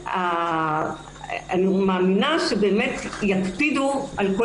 אני מאמינה שבאמת יקפידו על כל